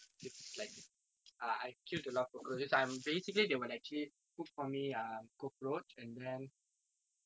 so it's like err I've killed a lot of cockroaches I've err basically they will like actually cook for me cockroach and then